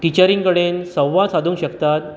टिचरीं कडेन संवाद सादूंक शकतात